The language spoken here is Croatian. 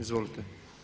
Izvolite.